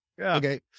Okay